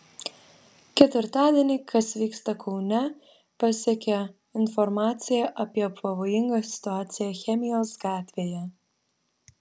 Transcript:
ketvirtadienį kas vyksta kaune pasiekė informacija apie pavojingą situaciją chemijos gatvėje